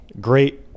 Great